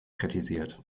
kritisiert